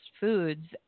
foods